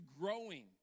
growing